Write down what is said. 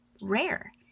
rare